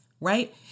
right